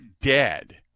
dead